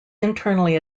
internally